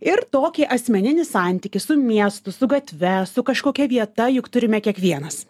ir tokį asmeninį santykį su miestu su gatve su kažkokia vieta juk turime kiekvienas